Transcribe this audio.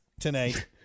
Tonight